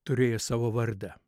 turėjo savo vardą